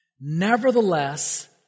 Nevertheless